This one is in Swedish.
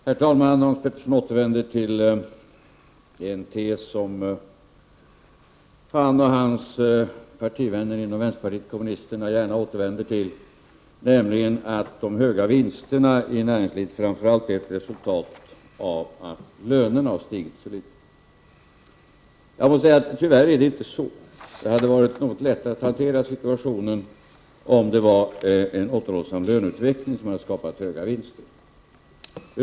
Herr talman! Hans Petersson återvänder till en tes som han och hans partivänner inom vpk gärna kommer tillbaka till, nämligen att de höga vinsterna i näringslivet framför allt är ett resultat av att lönerna har stigit så litet. Jag måste säga att det tyvärr inte är så. Det hade varit något lättare att hantera situationen om det var en återhållsam löneutveckling som har skapat höga vinster.